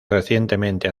recientemente